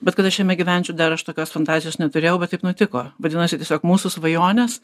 bet kad aš jame gyvenčiau dar aš tokios fantazijos neturėjau bet taip nutiko vadinasi tiesiog mūsų svajonės